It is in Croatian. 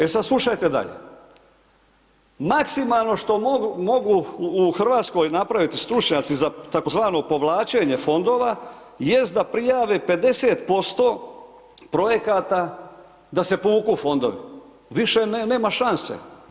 E sad slušajte dalje, maksimalno što mogu, mogu u Hrvatskoj napraviti stručnjaci za tako zvano povlačenje fondova, jest da prijave 50% projekata da se povuku fondovi, više nema, nema šanse.